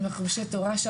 עם חומשי התורה,